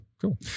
cool